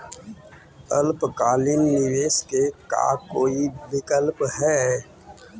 अल्पकालिक निवेश के का कोई विकल्प है?